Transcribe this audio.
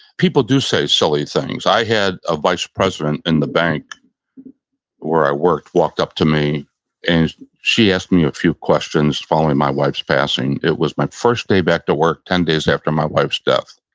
people do say silly things. i had a vice president in the bank where i worked walk up to me and she asked me a few questions following my wife's passing. it was my first day to work, ten days after my wife's death.